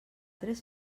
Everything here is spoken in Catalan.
tres